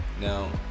Now